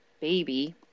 baby